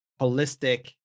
holistic